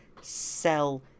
sell